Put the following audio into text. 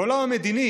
בעולם המדיני